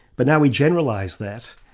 but now we generalise that.